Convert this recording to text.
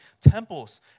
temples